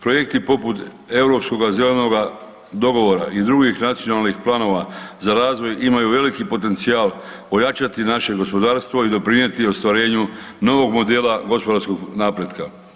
Projekti poput europskog zelenog dogovora i drugih nacionalnih planova za razvoj imaju veliki potencijal ojačati naše gospodarstvo i doprinijeti ostvarenju novog modela gospodarskog napretka.